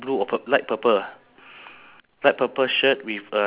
ya he wearing specs he's putting his hand behind right